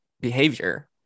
behavior